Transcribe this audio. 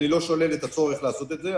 עדיין אני לא שולל את הצורך לעשות את זה.